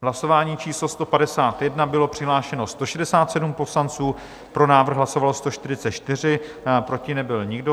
V hlasování číslo 151 bylo přihlášeno 167 poslanců, pro návrh hlasovalo 144, proti nebyl nikdo.